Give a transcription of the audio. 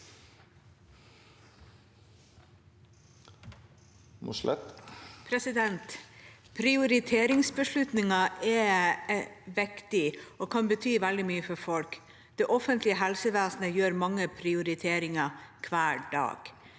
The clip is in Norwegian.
Prioriteringsbeslut- ninger er viktige og kan bety veldig mye for folk. Det offentlige helsevesenet gjør mange prioriteringer hver dag.